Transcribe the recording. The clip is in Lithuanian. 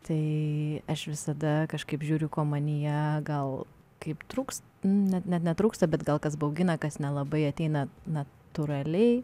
tai aš visada kažkaip žiūriu ko manyje gal kaip trūks ne net rūksta bet gal kas baugina kas nelabai ateina natūraliai